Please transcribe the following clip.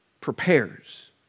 prepares